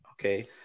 Okay